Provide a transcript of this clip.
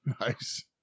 Nice